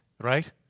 right